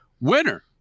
winner